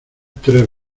tres